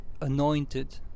anointed